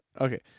Okay